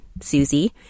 Susie